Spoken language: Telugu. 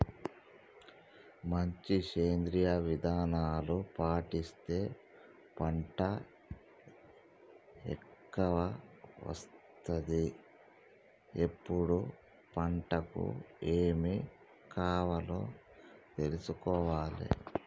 మంచి సేంద్రియ విధానాలు పాటిస్తే పంట ఎక్కవ వస్తది ఎప్పుడు పంటకు ఏమి కావాలో చూసుకోవాలే